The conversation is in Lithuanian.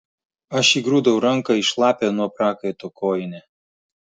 aš įgrūdau ranką į šlapią nuo prakaito kojinę